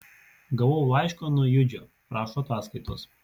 gavau laišką nuo judžio prašo ataskaitos